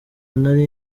nari